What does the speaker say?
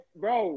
bro